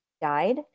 died